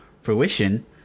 fruition